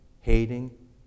hating